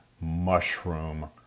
mushroom